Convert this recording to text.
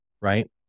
right